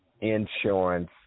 insurance